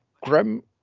Grim